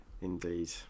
indeed